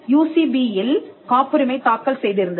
UCP 2012 இல் காப்புரிமை தாக்கல் செய்திருந்தது